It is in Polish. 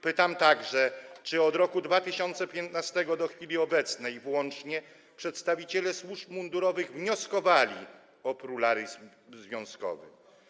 Pytam także, czy od roku 2015 do chwili obecnej włącznie przedstawiciele służb mundurowych wnioskowali o pluralizm związkowy.